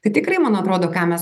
tai tikrai man atrodo ką mes